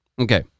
Okay